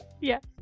Yes